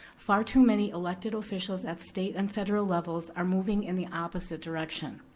far too many elected officials at state and federal levels are moving in the opposite direction.